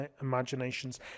imaginations